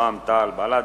רע"ם-תע"ל ובל"ד,